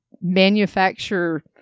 manufacture